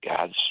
God's